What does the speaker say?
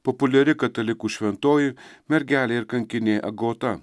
populiari katalikų šventoji mergelė ir kankinė agota